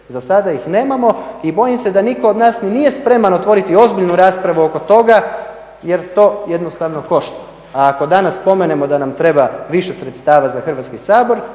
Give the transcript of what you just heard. Za sada ih nemamo i bojim se da nitko od nas ni nije spreman otvoriti ozbiljnu raspravu oko toga jer to jednostavno košta. A ako danas spomenemo da nam treba više sredstava za Hrvatski sabor